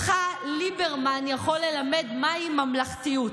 אותך ליברמן יכול ללמד מהי ממלכתיות,